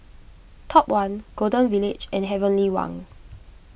Top one Golden Village and Heavenly Wang